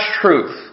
truth